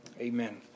amen